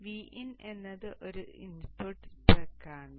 Vin എന്നത് ഒരു input spec ആണ്